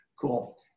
cool